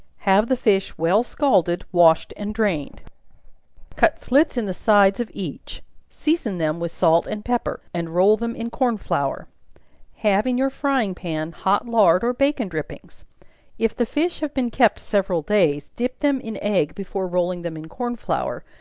have the fish well scalded, washed and drained cut slits in the sides of each season them with salt and pepper and roll them in corn flour have in your frying-pan hot lard or bacon drippings if the fish have been kept several days, dip them in egg before rolling them in corn flour,